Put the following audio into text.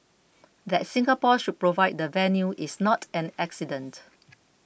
that Singapore should provide the venue is not an accident